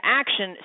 action